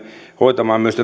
hoitamaan myös